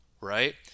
right